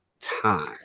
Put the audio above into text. Time